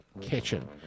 Kitchen